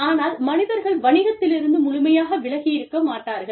ஆனால் மனிதர்கள் வணிகத்திலிருந்து முழுமையாக விலகி இருக்க மாட்டார்கள்